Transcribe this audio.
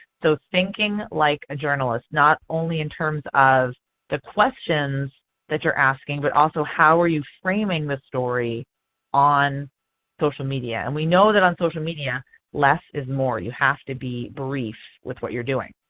so thinking like a journalist, not only in terms of the questions that you are asking, but also how are you framing the story on social media. and we know that on social media less is more. you have to be brief with what you are doing.